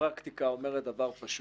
הפרקטיקה אומרת דבר פשוט: